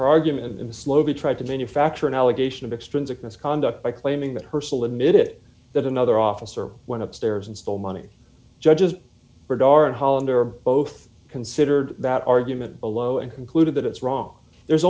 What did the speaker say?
her argument in a slow he tried to manufacture an allegation of extrinsic misconduct by claiming that her sole admit it that another officer went upstairs and stole money judge's radar and hollander both considered that argument below and concluded that it's wrong there's